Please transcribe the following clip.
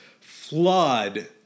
flood